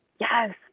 yes